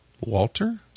Walter